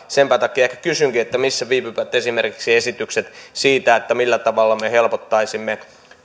senpä takia kysynkin missä viipyvät esimerkiksi esitykset siitä millä tavalla me helpottaisimme